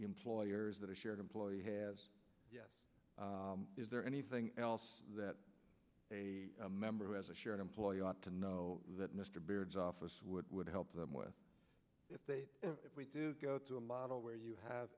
employers that are shared employee has is there anything else that a member of as a share an employee ought to know that mr beard's office would would help them with if they if we do go through a lot of where you have